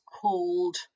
called